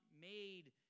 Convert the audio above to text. made